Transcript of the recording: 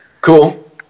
Cool